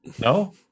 No